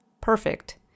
perfect